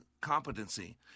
competency